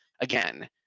again